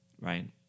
right